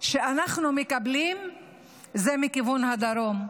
שאנחנו מקבלים זה מכיוון הדרום.